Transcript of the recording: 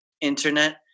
internet